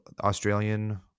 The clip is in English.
Australian